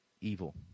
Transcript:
evil